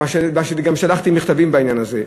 וגם שלחתי מכתבים בעניין הזה.